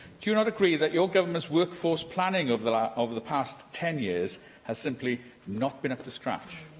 do you not agree that your government's workforce planning over the ah over the past ten years has simply not been up to scratch?